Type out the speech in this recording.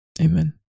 Amen